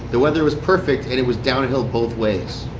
the weather was perfect, and it was downhill both ways.